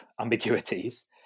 ambiguities